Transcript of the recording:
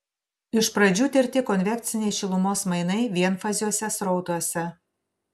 iš pradžių tirti konvekciniai šilumos mainai vienfaziuose srautuose